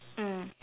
mm